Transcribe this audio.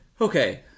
Okay